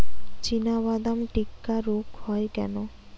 চিনাবাদাম টিক্কা রোগ হয় কেন?